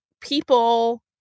people